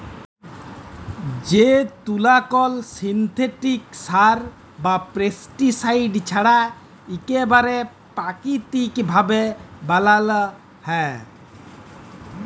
যে তুলা কল সিল্থেটিক সার বা পেস্টিসাইড ছাড়া ইকবারে পাকিতিক ভাবে বালাল হ্যয়